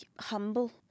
humble